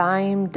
Time